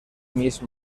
miss